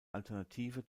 alternative